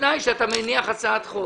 ובתנאי שאתה מניח הצעת חוק.